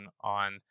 on